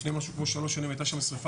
לפני משהו כמו שלוש שנים הייתה שם שריפה